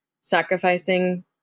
sacrificing